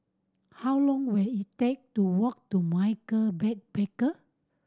how long will it take to walk to Michael Backpacker